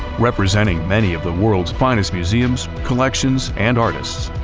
representing many of the world's finest museums, collections and artists,